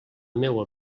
meua